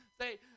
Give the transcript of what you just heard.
say